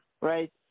right